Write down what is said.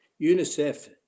UNICEF